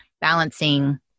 balancing